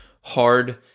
hard